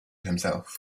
himself